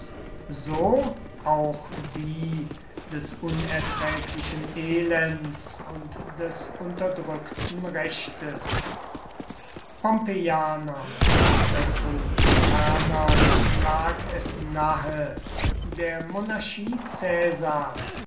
so auch die des unerträglichen elends und des unterdrückten rechtes pompeianern und republikanern lag es nahe der monarchie caesars